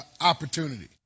opportunity